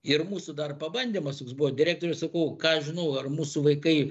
ir mūsų dar pabandymas toks buvo direktoriui sakau ką aš žinau ar mūsų vaikai